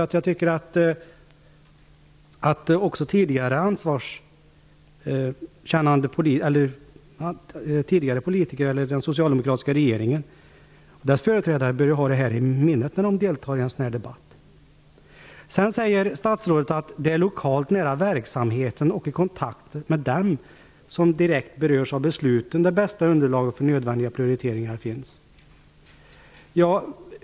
Detta vill jag ha sagt. Också den tidigare socialdemokratiska regeringens företrädare bör ha detta i minnet när de deltar i en debatt av det här slaget. Vidare säger statsrådet att det är lokalt, nära verksamheten och i kontakt med dem som direkt berörs av besluten som det bästa underlaget för nödvändiga prioriteringar finns.